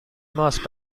ماست